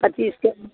पच्चीस के